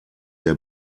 der